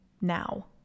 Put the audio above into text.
now